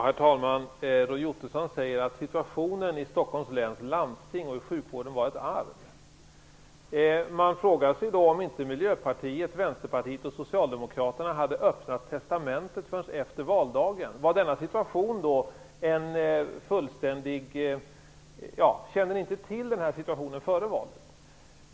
Herr talman! Roy Ottosson säger att situationen i Stockholms läns landsting och i sjukvården var ett arv. Man frågar sig då om inte Miljöpartiet, Vänsterpartiet och Socialdemokraterna hade öppnat testamentet förrän efter valdagen. Kände ni inte till den här situationen före valet?